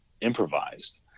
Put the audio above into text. improvised